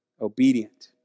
obedient